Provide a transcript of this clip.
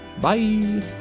Bye